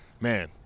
Man